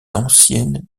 anciennes